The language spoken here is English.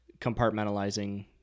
compartmentalizing